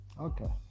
okay